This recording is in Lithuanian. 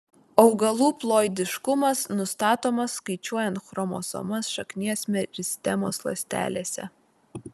augalų ploidiškumas nustatomas skaičiuojant chromosomas šaknies meristemos ląstelėse